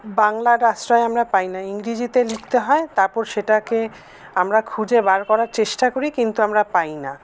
বাংলার আশ্রয় আমরা পাইনা ইংরিজিতে লিখতে হয় তারপর সেটাকে আমরা খুঁজে বার করার চেষ্টা করি কিন্তু আমরা পাইনা